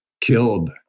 killed